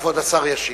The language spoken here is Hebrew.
כבוד השר ישיב.